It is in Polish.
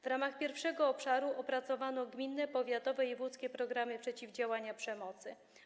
W ramach pierwszego obszaru opracowano gminne, powiatowe i wojewódzkie programy przeciwdziałania przemocy.